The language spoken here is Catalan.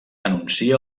anuncia